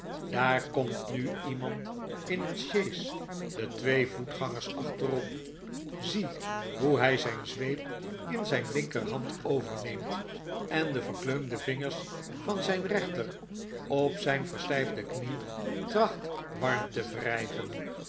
daar komt nu iemand in een sjees de twee voetgangers achterop zie hoe hij zijn zweep in zijn linkerhand overneemt en de verkleumde vingers van zijn rechter op zijn verstijfde knie tracht warm te wrijven